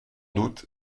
doute